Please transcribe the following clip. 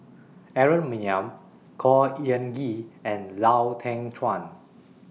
Aaron Maniam Khor Ean Ghee and Lau Teng Chuan